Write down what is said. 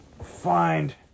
find